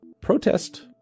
Protest